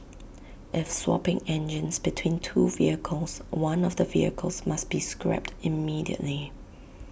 if swapping engines between two vehicles one of the vehicles must be scrapped immediately